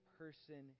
person